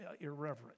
irreverent